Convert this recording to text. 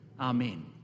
Amen